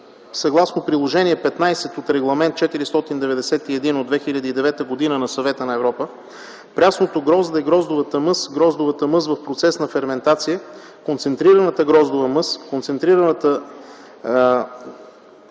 Съгласно Приложение № 15 от Регламент 491 от 2009 г. на Съвета на Европа, прясното грозде, гроздовата мъст, гроздовата мъст в процес на ферментация, концентрираната гроздова мъст, концентрираната